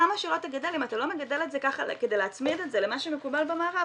כדי להצמיד את זה למה שמקובל במערב,